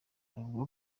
avuga